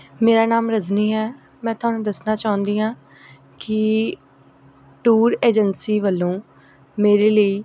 ਮੇਰਾ ਨਾਮ ਰਜਨੀ ਹੈ ਮੈਂ ਤੁਹਾਨੂੰ ਦੱਸਣਾ ਚਾਹੁੰਦੀ ਹਾਂ ਕਿ ਟੂਰ ਏਜੰਸੀ ਵੱਲੋਂ ਮੇਰੇ ਲਈ